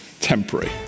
temporary